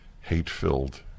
hate-filled